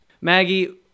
Maggie